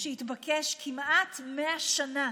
שהתבקש כמעט 100 שנה.